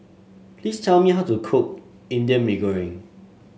please tell me how to cook Indian Mee Goreng